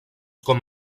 com